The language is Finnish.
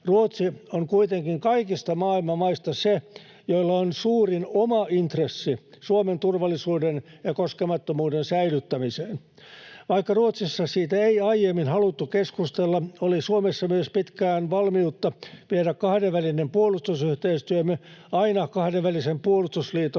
Ruotsi on kuitenkin kaikista maailman maista se, jolla on suurin oma intressi Suomen turvallisuuden ja koskemattomuuden säilyttämiseen. Vaikka Ruotsissa siitä ei aiemmin haluttu keskustella, oli Suomessa myös pitkään valmiutta viedä kahdenvälinen puolustusyhteistyömme aina kahdenvälisen puolustusliiton